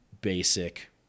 basic